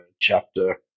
chapter